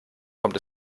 kommt